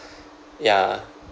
ya